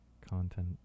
content